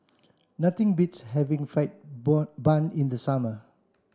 nothing beats having fried born bun in the summer